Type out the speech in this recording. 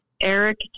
Eric